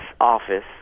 office